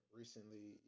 recently